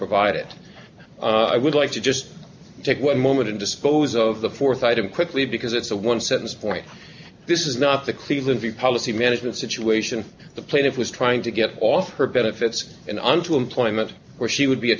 provided i would like to just take one moment and dispose of the fourth item quickly because it's a one sentence point this is not the cleveland v policy management situation the plaintiff was trying to get off her benefits and onto employment where she would be a